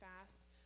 fast